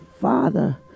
Father